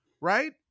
right